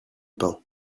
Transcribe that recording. pain